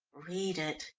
read it,